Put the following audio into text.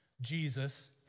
Jesus